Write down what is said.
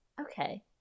okay